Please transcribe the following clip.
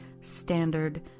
standard